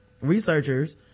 researchers